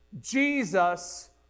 Jesus